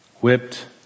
Whipped